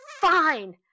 fine